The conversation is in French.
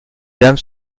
dames